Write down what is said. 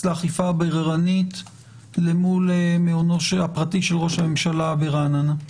לאכיפה הבררנית מול מעונו הפרטי של ראש הממשלה ברעננה.